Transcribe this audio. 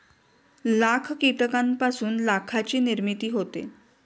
लाख कीटकांपासून लाखाची निर्मिती होते